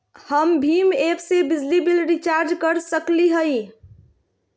हम भीम ऐप से बिजली बिल रिचार्ज कर सकली हई?